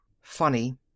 Funny